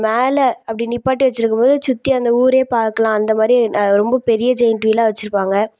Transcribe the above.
மேலே அப்படி நிப்பாட்டி வச்சிருக்கும் போது அது சுற்றி அந்த ஊரே பார்க்கலாம் அந்த மாதிரி ன ரொம்ப பெரிய ஜெய்ன்ட் வீலாக வச்சிருப்பாங்க